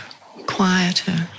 quieter